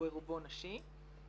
ברובו נשי.